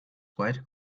quite